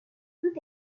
toute